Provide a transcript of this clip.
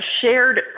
shared